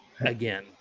again